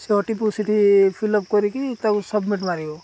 ସେ ଓଟିପିକୁ ସେଠି ଫିଲ୍ଅପ୍ କରିକି ତାକୁ ସବମିଟ୍ ମାରିବୁ